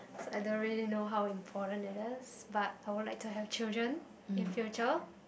so I don't really know how important it is but I would like to have children in future